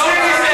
מה מתרגשים מזה?